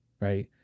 right